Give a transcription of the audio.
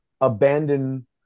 abandon